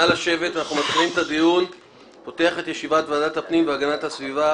אני פותח את ישיבת ועדת הפנים והגנת הסביבה